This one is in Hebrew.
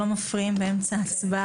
הצבעה